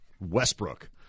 Westbrook